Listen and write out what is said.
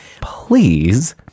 please